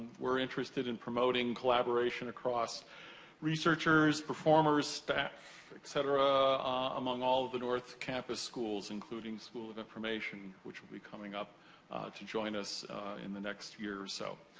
we're interested in promoting collaboration across researchers, performers, staff, et cetera, among all of the north campus schools, including the school of information, which will be coming up to join us in the next year or so.